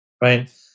right